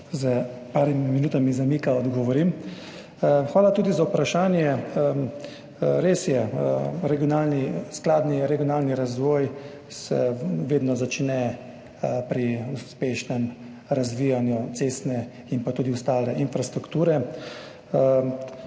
z nekaj minutami zamika odgovorim. Hvala tudi za vprašanje. Res je, skladni regionalni razvoj se vedno začne pri uspešnem razvijanju cestne in tudi ostale infrastrukture.